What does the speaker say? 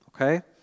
Okay